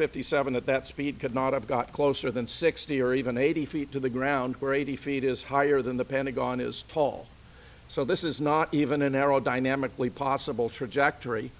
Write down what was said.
fifty seven at that speed could not have got closer than sixty or even eighty feet to the ground where eighty feet is higher than the pentagon is tall so this is not even an aerodynamically possible trajectory